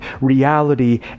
reality